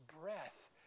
breath